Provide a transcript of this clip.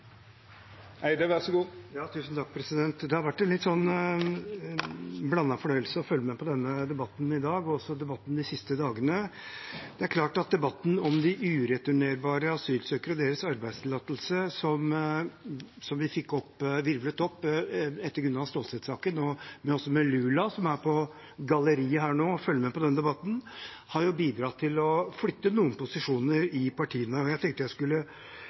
Det har vært en litt blandet fornøyelse å følge med på denne debatten i dag og også debatten de siste dagene. Det er klart at debatten om de ureturnerbare asylsøkerne og deres arbeidstillatelse som vi fikk virvlet opp etter Gunnar Stålsett-saken med Lula, som sitter på galleriet her nå og følger med på denne debatten, har bidratt til å flytte noen posisjoner i partiene. Jeg tenkte jeg skulle